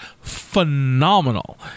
phenomenal